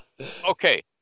Okay